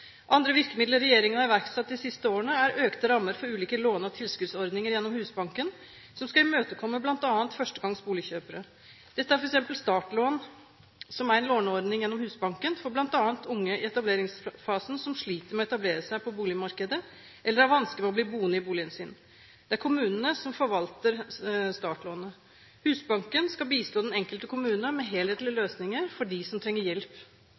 Andre virkemidler regjeringen har iverksatt de siste årene, er økte rammer for ulike låne- og tilskuddsordninger gjennom Husbanken som skal imøtekomme bl.a. førstegangs boligkjøpere. Dette er f.eks. startlån, som er en låneordning gjennom Husbanken for bl.a. unge i etableringsfasen som sliter med å etablere seg på boligmarkedet eller har vansker med å bli boende i boligen sin. Det er kommunene som forvalter startlånet. Husbanken skal bistå den enkelte kommune med helhetlige løsninger for dem som trenger hjelp.